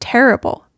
Terrible